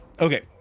Okay